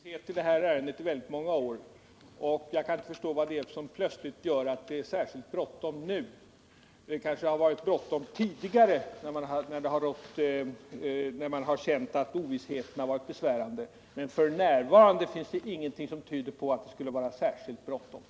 Herr talman! Det har rått ovisshet i det här ärendet i många år, och jag kan inte förstå vad som gör att det är särskilt bråttom nu. Det kanske har varit bråttom tidigare när man känt att ovissheten varit besvärande, men f. n. finns det inget som tyder på att det skulle vara särskilt brådskande.